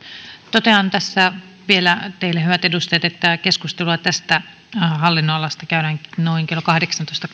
totean tässä vielä teille hyvät edustajat että keskustelua tästä hallinnonalasta käydään noin kello kahdeksantoista